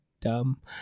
dumb